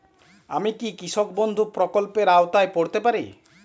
আমি কি কৃষক বন্ধু প্রকল্পের আওতায় পড়তে পারি?